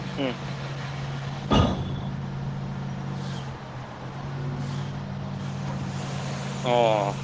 হুম ও